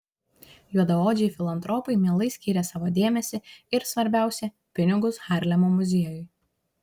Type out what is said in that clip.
juodaodžiai filantropai mielai skyrė savo dėmesį ir svarbiausia pinigus harlemo muziejui